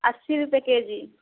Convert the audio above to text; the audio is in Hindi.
अस्सी रुपये केजी